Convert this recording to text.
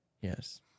Yes